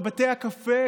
את בתי הקפה,